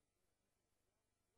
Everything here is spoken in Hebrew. דקלרציה.